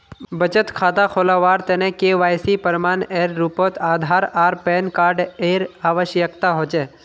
बचत खता खोलावार तने के.वाइ.सी प्रमाण एर रूपोत आधार आर पैन कार्ड एर आवश्यकता होचे